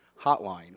hotline